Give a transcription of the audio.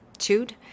chewed